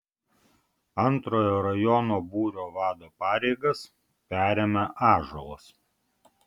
antrojo rajono būrio vado pareigas perėmė ąžuolas